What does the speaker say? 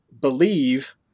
believe